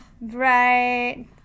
Right